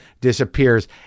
disappears